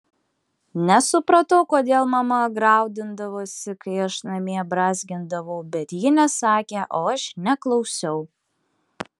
nesupratau kodėl mama graudindavosi kai aš namie brązgindavau bet ji nesakė o aš neklausiau